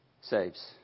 saves